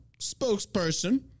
spokesperson